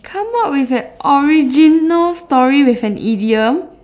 come up with an original story with an idiom